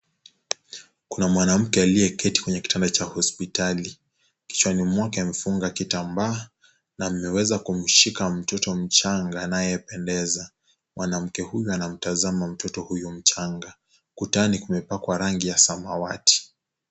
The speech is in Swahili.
Kuna mwanamke aliyeketi kwenye kitanda cha hospitali. Kichwani mwake amefunga kitambaa na ameweza kumshika mtoto mchanga anayependeza. Mwanamke huyo anamtazama mtoto huyo mchanga. Ukutani kumepakwa rangi ya samawati.